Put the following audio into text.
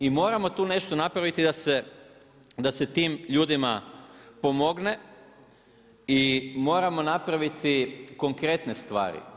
I moramo tu nešto napraviti da se tim ljudima pomogne i moramo napraviti konkretne stvari.